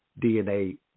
DNA